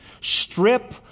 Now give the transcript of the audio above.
strip